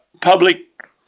public